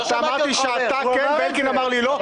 אמרתי שאתה כן ואלקין אמר לי לא,